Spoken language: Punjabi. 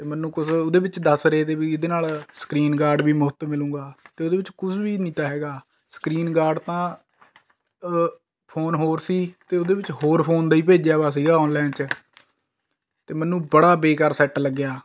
ਅਤੇ ਮੈਨੂੰ ਕੁਛ ਉਹਦੇ ਵਿੱਚ ਦੱਸ ਰਹੇ ਤੇ ਬੀ ਇਹਦੇ ਨਾਲ ਸਕਰੀਨ ਗਾਰਡ ਵੀ ਮੁਫਤ ਮਿਲੁਗਾ ਅਤੇ ਉਹਦੇ ਵਿੱਚ ਕੁਛ ਵੀ ਨਹੀਂ ਤਾ ਹੈਗਾ ਸਕਰੀਨ ਗਾਰਡ ਤਾਂ ਫੋਨ ਹੋਰ ਸੀ ਅਤੇ ਉਹਦੇ ਵਿੱਚ ਹੋਰ ਫੋਨ ਦਾ ਹੀ ਭੇਜਿਆ ਵਾ ਸੀਗਾ ਔਨਲਾਈਨ 'ਚ ਅਤੇ ਮੈਨੂੰ ਬੜਾ ਬੇਕਾਰ ਸੈੱਟ ਲੱਗਿਆ